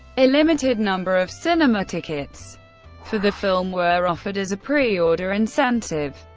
a limited number of cinema tickets for the film were offered as a pre-order incentive.